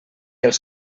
els